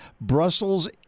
Brussels